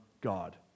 God